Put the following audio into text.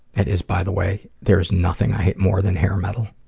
and is, by the way, there is nothing i hate more than hair metal.